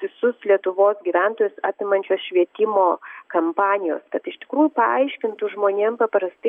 visus lietuvos gyventojus apimančios švietimo kampanijos kad iš tikrųjų paaiškintų žmonėm paprastai